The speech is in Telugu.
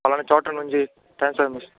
పలానా చోట నుండి ట్రాన్స్ఫార్మేషన్